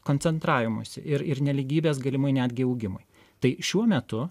koncentravimuisi ir ir nelygybės galimai netgi augimui tai šiuo metu